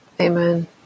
Amen